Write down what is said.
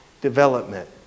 Development